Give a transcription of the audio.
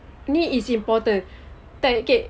ni is important betul okay